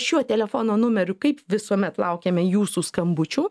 šiuo telefono numeriu kaip visuomet laukiame jūsų skambučių